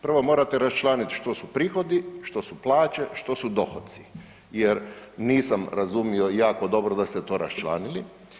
Prvo morate raščlaniti što su prihodi, što su plaće, što su dohoci jer nisam razumio jako dobro da ste to raščlanili.